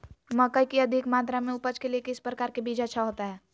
मकई की अधिक मात्रा में उपज के लिए किस प्रकार की बीज अच्छा होता है?